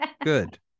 Good